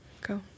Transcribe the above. Go